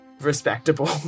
respectable